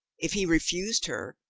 if he refused her,